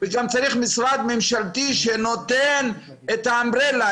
תודה רבה.